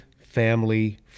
Family